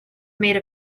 made